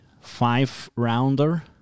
five-rounder